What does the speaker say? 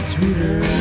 Twitter